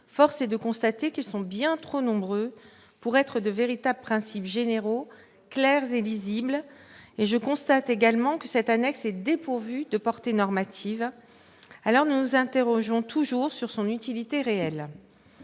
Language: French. force est de constater qu'ils sont bien trop nombreux pour être de véritables principes généraux, clairs et lisibles. Nous constatons également que cette annexe est dépourvue de portée normative ; nous nous interrogeons toujours, à ce titre, sur son utilité réelle.